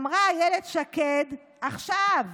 אמרה אילת שקד עכשיו,